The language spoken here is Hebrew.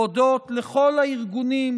להודות לכל הארגונים,